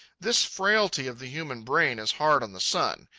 this frailty of the human brain is hard on the sun.